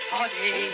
Toddy